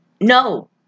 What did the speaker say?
No